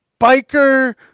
biker